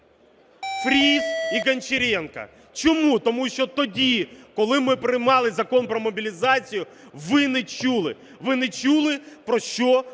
Фріз і Гончаренка. Чому? Тому що тоді, коли ми приймали Закон про мобілізацію, ви не чули, ви не чули, про що говорить